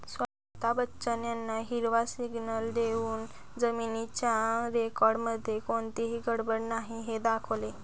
स्वता बच्चन यांना हिरवा सिग्नल देऊन जमिनीच्या रेकॉर्डमध्ये कोणतीही गडबड नाही हे दाखवले